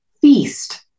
feast